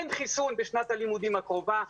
אין חיסון בשנת הלימודים הקרובה.